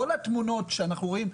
כל התמונות שאנחנו רואים,